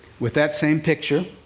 with that same picture,